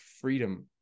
freedom